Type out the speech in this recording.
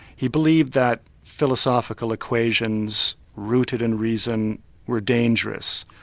he believed that philosophical equations rooted in reason were dangerous.